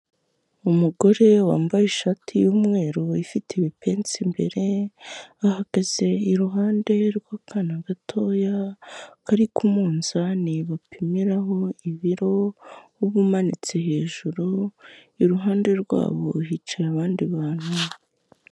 Umugore wambaye ishati y'umweru ifite ibipensi imbere ahagaze iruhande rw'akantu gatoya kari ku munzani bapimiraho ibiro uba umanitse hejuru, iruhande rwabo hicaye abandi bantu.